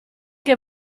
che